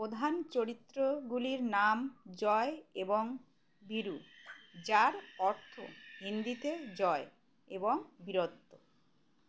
প্রধান চরিত্রগুলির নাম জয় এবং বিরু যার অর্থ হিন্দিতে জয় এবং বিরত্ব